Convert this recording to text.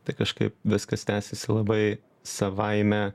tai kažkaip viskas tęsiasi labai savaime